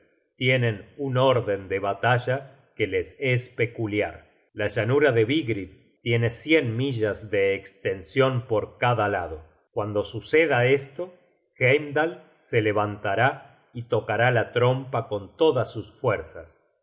tienen un órden de batalla que les es peculiar la llanura de vigrid tiene cien millas de estension por cada lado cuando suceda esto heimdal se levantará y tocará la trompa con todas sus fuerzas